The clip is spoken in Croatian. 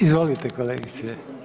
Izvolite kolegice.